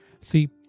See